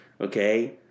Okay